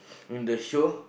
ruin the show